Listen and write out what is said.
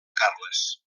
carles